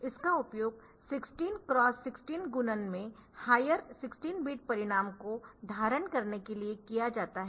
इसका उपयोग 16 X 16 गुणन में हायर 16 बिट परिणाम को धारण करने के लिए किया जाता है